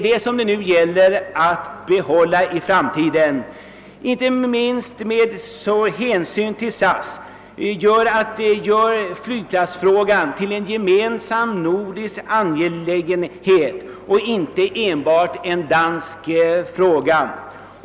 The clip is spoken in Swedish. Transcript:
Det gäller nu att hålla detta i framtiden. Inte minst hänsynen till SAS gör flygplatsfrågan till en gemensam nordisk angelägenhet; det är inte enbart en dansk fråga.